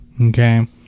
Okay